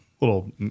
little